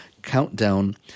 countdown